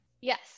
Yes